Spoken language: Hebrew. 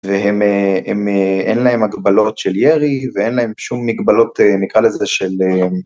והם... אין להם הגבלות של ירי ואין להם שום מגבלות, נקרא לזה של...